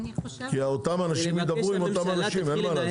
כי אותם אנשים ידברו עם אותם אנשים אין מה לעשות.